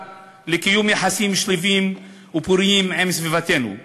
לקיום יחסים שלווים ופוריים עם סביבתנו.